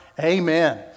Amen